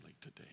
today